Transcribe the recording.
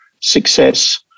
Success